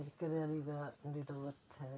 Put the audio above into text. घरै आह्ले दा डेट आफ बर्थ ऐ